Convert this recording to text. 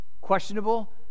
questionable